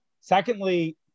Secondly